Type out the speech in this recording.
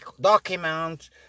document